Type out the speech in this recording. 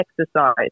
exercise